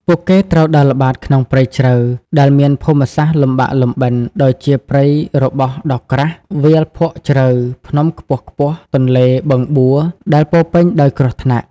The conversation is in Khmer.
ពួកគេត្រូវដើរល្បាតក្នុងព្រៃជ្រៅ ដែលមានភូមិសាស្រ្តលំបាកលំបិន ដូចជាព្រៃរបោះដ៏ក្រាស់ វាលភក់ជ្រៅ ភ្នំខ្ពស់ៗ ទន្លេ បឹងបួ ដែលពោរពេញដោយគ្រោះថ្នាក់។